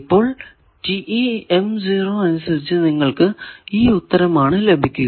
അപ്പോൾ അനുസരിച്ചു നിങ്ങൾക്കു ഈ ഉത്തരമാണ് ലഭിക്കുക